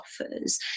offers